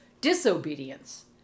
Disobedience